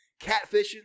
catfishing